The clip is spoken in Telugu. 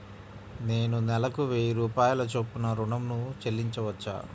నేను నెలకు వెయ్యి రూపాయల చొప్పున ఋణం ను చెల్లించవచ్చా?